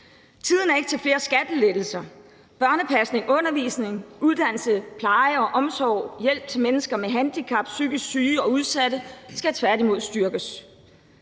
Tiden er ikke til flere skattelettelser. Børnepasning, undervisning og uddannelse, pleje og omsorg, hjælp til handicappede, psykisk syge og udsatte skal tværtimod styrkes,